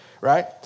right